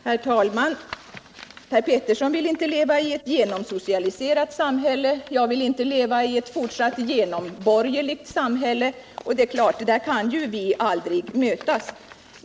Herr talman! Per Petersson vill inte leva i ett genomsocialiserat samhälle. Jag vill inte leva i ett fortsatt genomborgerligt samhälle. Där kan vi aldrig mötas.